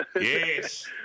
Yes